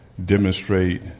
demonstrate